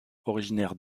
originaire